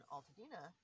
Altadena